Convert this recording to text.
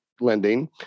Lending